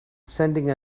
sending